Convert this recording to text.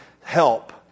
help